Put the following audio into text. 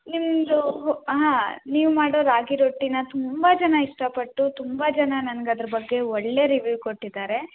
ನಿಮ್ಮದು ಹಾಂ ನೀವು ಮಾಡೋ ರಾಗಿರೊಟ್ಟಿನ ತುಂಬ ಜನ ಇಷ್ಟಪಟ್ಟು ತುಂಬ ಜನ ನನ್ಗೆ ಅದ್ರ ಬಗ್ಗೆ ಒಳ್ಳೆಯ ರಿವ್ಯೂ ಕೊಟ್ಟಿದ್ದಾರೆ